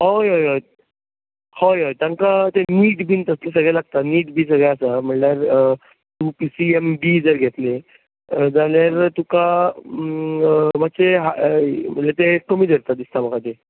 होय होय होय होय तांकां तें नीट बीन तसलें सगळें लागता नीट बी सगळें आसा म्हळ्यार टू पी सी एम बी जर घेतली जाल्यार तुका मातशें हाय म्हळ्यार ते कमी धरता दिसता म्हाका ते